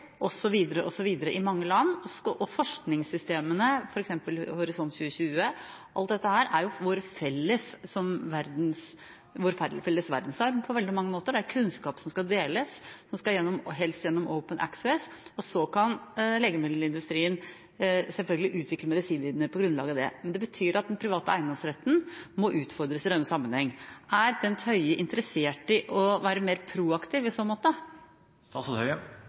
i mange land. Forskningssystemene, f.eks. Horisont 2020, og alt dette er jo vår felles verdensarv på veldig mange måter. Det er kunnskap som skal deles, den skal helst gjennom Open Access. Så kan legemiddelindustrien selvfølgelig utvikle medisin videre på grunnlag av det. Det betyr at den private eiendomsretten må utfordres i denne sammenheng. Er Bent Høie interessert i å være mer proaktiv i så måte?